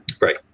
Right